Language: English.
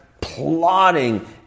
plotting